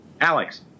alex